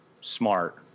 smart